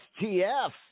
STF